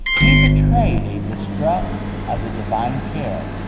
he betrayed a distrust of the divine care,